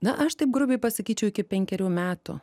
na aš taip grubiai pasakyčiau iki penkerių metų